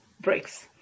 breaks